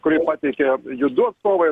kurį pateikė judu atstovai